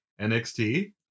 NXT